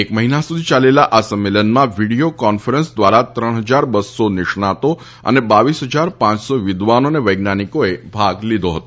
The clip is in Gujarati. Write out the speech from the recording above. એક મહિના સુધી યાલેલા આ સંમેલનમાં વિડીયો કોન્ફરન્સ દ્વારા ત્રણ હજાર બસ્સો નિષ્ણાતો અને બાવીસ હજાર પાંચસો વિદ્વાનો અને વૈજ્ઞાનિકોએ ભાગ લીધો હતો